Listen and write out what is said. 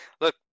look